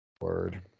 Word